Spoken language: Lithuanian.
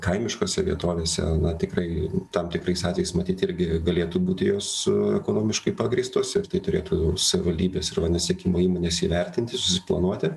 kaimiškose vietovėse tikrai tam tikrais atvejais matyt irgi galėtų būti jos ekonomiškai pagrįstos ir tai turėtų savivaldybės ir vandens tiekimo įmonės įvertinti susiplanuoti